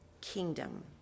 kingdom